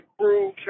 crew